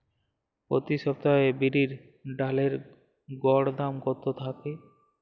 প্রতি সপ্তাহে বিরির ডালের গড় দাম কত থাকে?